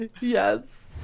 yes